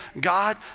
God